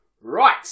Right